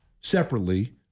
separately